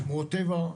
שמורות טבע,